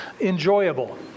enjoyable